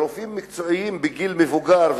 לרופאים מקצועיים בגיל מבוגר,